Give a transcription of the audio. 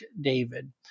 David